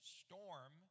storm